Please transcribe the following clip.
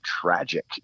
tragic